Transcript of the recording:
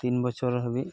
ᱛᱤᱱ ᱵᱚᱪᱷᱚᱨ ᱦᱟᱹᱵᱤᱡ